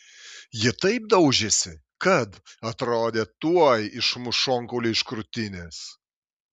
ji taip daužėsi kad atrodė tuoj išmuš šonkaulį iš krūtinės